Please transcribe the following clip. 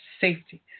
safety